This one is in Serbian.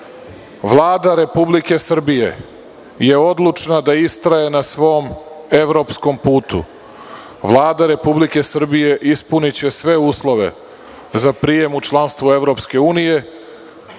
Vlada Republike Srbije je odlučna da istraje na svom evropskom putu. Vlada Republike Srbije ispuniće sve uslove za prijem u članstvo EU, na